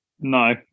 No